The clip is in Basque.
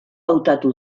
hautatu